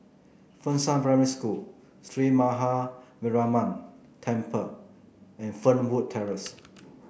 Fengshan Primary School Sree Maha Mariamman Temple and Fernwood Terrace